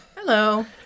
hello